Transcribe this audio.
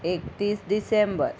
एक्तीस डिसेंबर